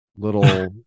little